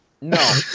no